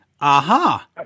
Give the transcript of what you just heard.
Aha